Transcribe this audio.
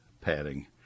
padding